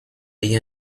the